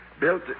built